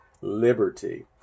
Liberty